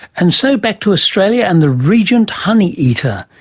and so back to australia and the regent honeyeater.